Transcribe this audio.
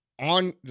on